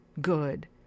good